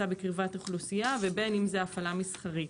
בקרבת אוכלוסייה ובין אם זה הפעלה מסחרית.